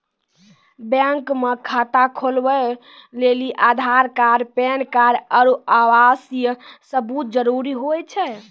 bank मे खाता खोलबै लेली आधार कार्ड पैन कार्ड आरू आवासीय सबूत जरुरी हुवै छै